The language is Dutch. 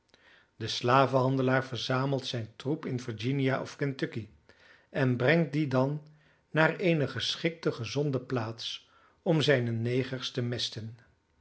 de slavenhandelaar verzamelt zijn troep in virginia of kentucky en brengt dien dan naar eene geschikte gezonde plaats om zijne negers te mesten